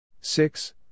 Six